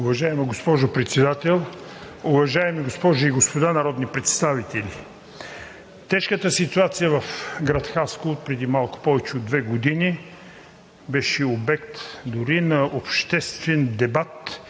Уважаема госпожо Председател, уважаеми госпожи и господа народни представители! Тежката ситуация в град Хасково преди малко повече от две години беше обект дори на обществен дебат